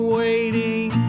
waiting